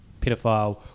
Pedophile